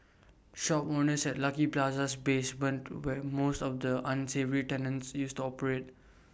shop owners at lucky Plaza's basement where most of the unsavoury tenants used to operate